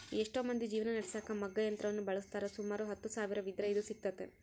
ಎಷ್ಟೊ ಮಂದಿ ಜೀವನ ನಡೆಸಕ ಮಗ್ಗ ಯಂತ್ರವನ್ನ ಬಳಸ್ತಾರ, ಸುಮಾರು ಹತ್ತು ಸಾವಿರವಿದ್ರ ಇದು ಸಿಗ್ತತೆ